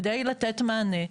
כדי לתת מענה.